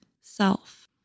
self